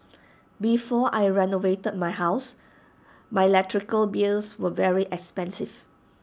before I renovated my house my electrical bills were very expensive